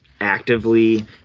actively